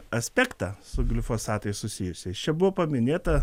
aspektą su glifosatais susijusiais čia buvo paminėta